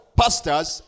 pastors